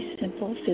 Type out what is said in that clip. simple